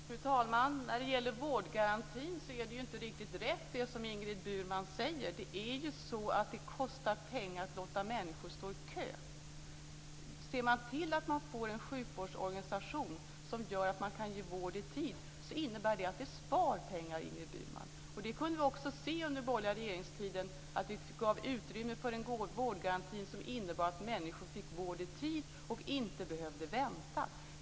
Fru talman! När det gäller vårdgarantin är det som Ingrid Burman säger inte riktigt rätt. Det kostar ju pengar att låta människor stå i kö. Ser man till att få en sjukvårdsorganisation som gör att man kan ge vård i tid innebär det att pengar sparas. Vi kunde också under den borgerliga regeringstiden se att vi gav utrymme för en vårdgaranti som innebar att människor fick vård i tid och inte behövde vänta.